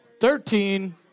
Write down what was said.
thirteen